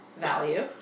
value